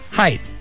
Height